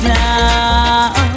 now